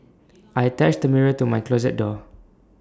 I attached the mirror to my closet door